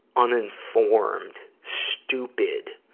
uninformed, stupid,